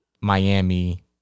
Miami